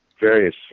various